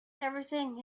everything